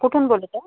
कुठून बोलत आहे